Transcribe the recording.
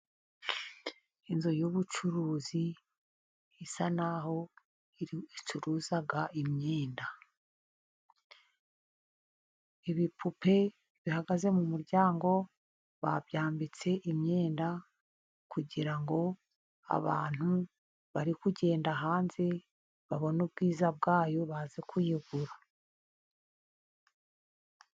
Inzu y'ubucuruzi isa naho icuruza imyenda, ibipupe bihagaze mu muryango babyambitse imyenda kugira abantu bari kugenda hanze, babone ubwiza bwayo baze kuyigura.